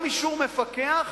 אלא גם אישור מפקח,